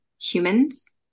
humans